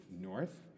north